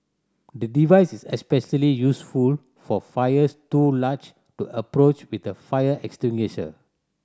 the device is especially useful for fires too large to approach with a fire extinguisher